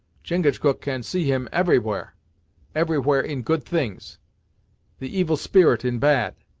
chingachgook can see him everywhere everywhere in good things the evil spirit in bad.